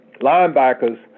linebackers